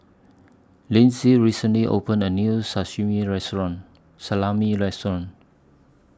Linzy recently opened A New Saximi Restaurant Salami Restaurant